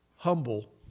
humble